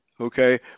Okay